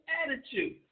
attitude